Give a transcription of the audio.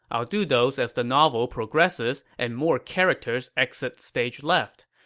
i'll do those as the novel progresses and more characters exit stage left.